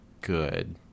good